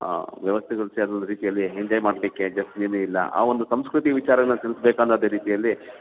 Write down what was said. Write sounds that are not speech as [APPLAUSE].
ವ್ಯವಸ್ಥೆಗಳು ಸರಿಯಾದ ರೀತಿಯಲ್ಲಿ [UNINTELLIGIBLE] ಏನಿಲ್ಲ ಆ ಒಂದು ಸಂಸ್ಕೃತಿ ವಿಚಾರನ ತಿಳಿಸ್ಬೇಕನ್ನೋದೆ ರೀತಿಯಲ್ಲಿ